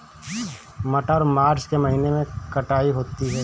मटर मार्च के महीने कटाई होती है?